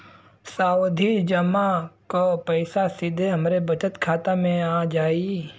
सावधि जमा क पैसा सीधे हमरे बचत खाता मे आ जाई?